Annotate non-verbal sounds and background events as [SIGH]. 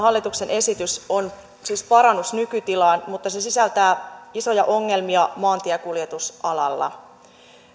[UNINTELLIGIBLE] hallituksen esitys on siis parannus nykytilaan mutta se sisältää isoja ongelmia maantiekuljetusalalla